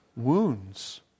Wounds